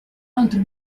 altro